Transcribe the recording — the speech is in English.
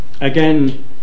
Again